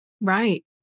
right